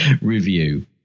review